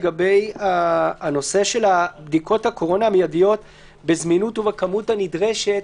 לגבי הנושא של בדיקות הקורונה המיידיות בזמינות הנדרשת